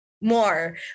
more